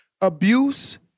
Abuse